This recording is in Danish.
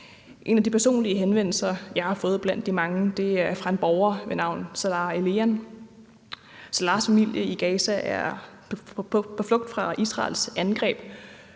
En af de personlige henvendelser, jeg har fået blandt de mange, er fra en borger ved navn Salah Eleyan . Salahs familie i Gaza er på flugt fra Israels angreb,